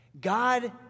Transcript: God